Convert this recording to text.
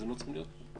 הם לא צריכים להיות פה.